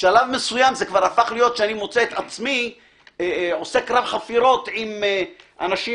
בשלב מסוים אני מוצא עצמי עושה קרב חפירות עם אנשים